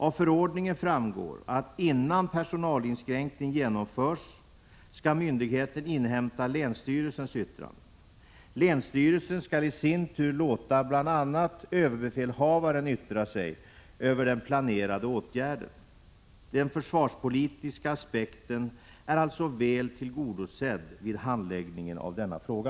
Av förordningen framgår att innan personalinskränkning genomförs skall myndigheten inhämta länsstyrelsens yttrande. Länsstyrelsen skall i sin tur låta bl.a. överbefälhavaren yttra sig över den planerade åtgärden. Den försvarspolitiska aspekten är alltså väl tillgodosedd vid handläggningen av denna fråga.